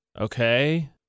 Okay